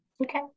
okay